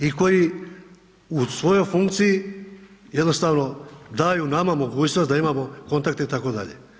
I koji u svojoj funkciji jednostavno daju nama mogućnost da imamo kontakte itd.